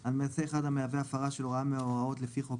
על מעשה אחד המהווה הפרה של הוראה מההוראות לפי חוק